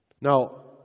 Now